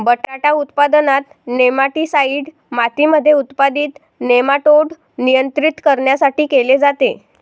बटाटा उत्पादनात, नेमाटीसाईड मातीमध्ये उत्पादित नेमाटोड नियंत्रित करण्यासाठी केले जाते